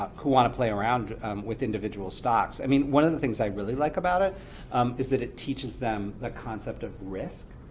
play around with individual stocks. i mean one of the things i really like about it is that it teaches them the concept of risk.